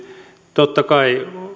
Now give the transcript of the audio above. totta kai